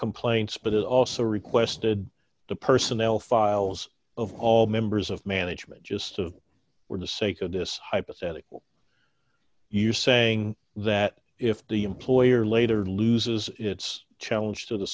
complaints but it also requested the personnel files of all members of management just of were the sake of this hypothetical you saying that if the employer later loses its challenge to the